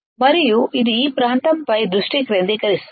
మరియు ఇది ఈ ప్రాంతంపై దృష్టి కేంద్రీకరిస్తుంది